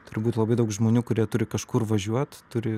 turi būt labai daug žmonių kurie turi kažkur važiuot turi